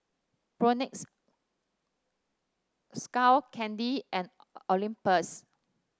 Propnex Skull Candy and Olympus